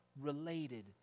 related